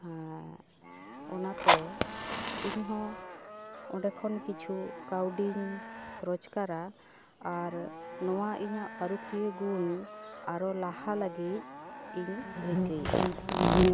ᱚᱱᱟᱛᱮ ᱤᱧᱦᱚᱸ ᱚᱸᱰᱮ ᱠᱷᱚᱱ ᱠᱤᱪᱷᱩ ᱠᱟᱹᱣᱰᱤᱧ ᱨᱚᱡᱽᱜᱟᱨᱟ ᱟᱨ ᱱᱚᱣᱟ ᱤᱧᱟᱹᱜ ᱯᱟᱹᱨᱩᱠᱷᱤᱭᱟᱹ ᱜᱩᱱ ᱟᱨᱚ ᱞᱟᱦᱟ ᱞᱟᱹᱜᱤᱫ ᱤᱧ ᱨᱤᱠᱟᱹᱭᱮᱫᱟ